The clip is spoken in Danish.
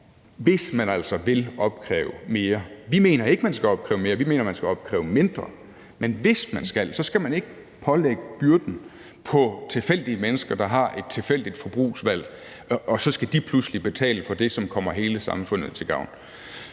hvis man altså vil opkræve mere. Vi mener ikke, at man skal opkræve mere, vi mener, at man skal opkræve mindre, men hvis man skal, skal man ikke pålægge byrden tilfældige mennesker, der har et tilfældigt forbrugsvalg, og så skal de pludselig betale for det, som kommer hele samfundet til gavn.